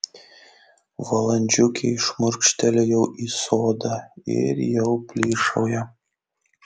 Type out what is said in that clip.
valandžiukei šmurkštelėjau į sodą ir jau plyšauja